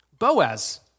Boaz